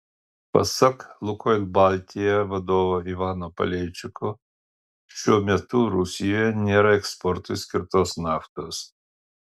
pasak lukoil baltija vadovo ivano paleičiko šiuo metu rusijoje nėra eksportui skirtos naftos